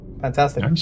fantastic